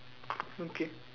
okay